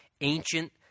ancient